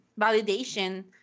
validation